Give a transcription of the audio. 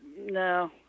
no